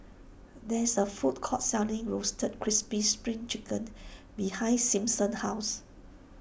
there is a food court selling Roasted Crispy Spring Chicken behind Simpson's house